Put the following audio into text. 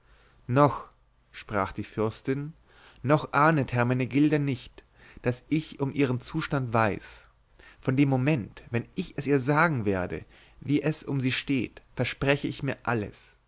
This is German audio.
noch sprach die fürstin noch ahnet hermenegilda nicht daß ich um ihren zustand weiß von dem moment wenn ich es ihr sagen werde wie es um sie steht verspreche ich mir alles